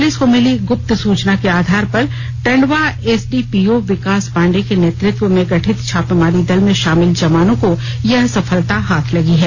police को मिली गुप्त सूचना के आधार पर टंडवा एसडीपीओ विकास पांडेय के नेतृत्व में गठित छापामारी दल में शामिल जवानों को यह सफलता हांथ लगी है